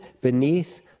beneath